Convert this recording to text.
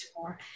more